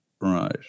Right